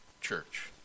church